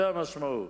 זאת המשמעות.